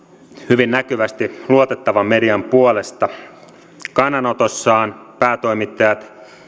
hyvin näkyvästi luotettavan median puolesta kannanotossaan päätoimittajat